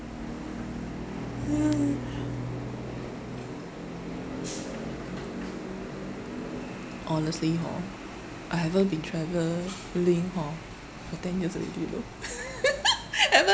honestly hor I haven't been travelling hor for ten years already you know haven't